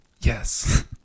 Yes